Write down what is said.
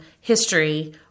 history